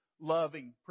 loving